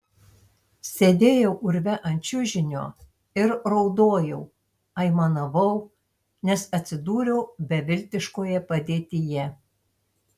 sėdėjau urve ant čiužinio ir raudojau aimanavau nes atsidūriau beviltiškoje padėtyje